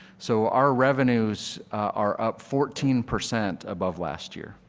so our revenues are up fourteen percent of of last year.